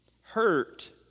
hurt